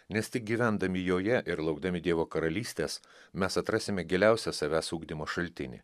nes tik gyvendami joje ir laukdami dievo karalystės mes atrasime giliausią savęs ugdymo šaltinį